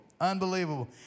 Unbelievable